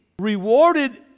Rewarded